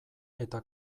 eta